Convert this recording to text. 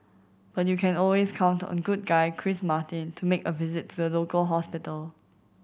but you can always count on good guy Chris Martin to make a visit to the local hospital